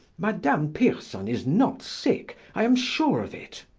madame pierson is not sick, i am sure of it.